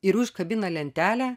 ir užkabina lentelę